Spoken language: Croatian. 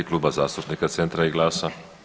Kluba zastupnika Centra i GLAS-a.